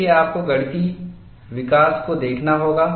देखिए आपको गणितीय विकास को देखना होगा